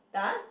[huh]